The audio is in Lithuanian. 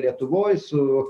lietuvoj su